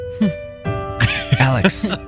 Alex